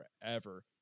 forever